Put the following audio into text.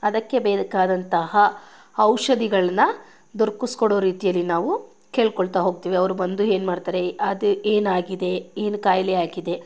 ಅದಕ್ಕೆ ಬೇಕಾದಂತಹ ಔಷಧಿಗಳನ್ನ ದೊರ್ಕಿಸಿ ಕೊಡೋ ರೀತಿಯಲ್ಲಿ ನಾವು ಕೇಳ್ಕೋಳ್ತಾ ಹೋಗ್ತೀವಿ ಅವರು ಬಂದು ಏನು ಮಾಡ್ತಾರೆ ಅದು ಏನಾಗಿದೆ ಏನು ಕಾಯಿಲೆ ಆಗಿದೆ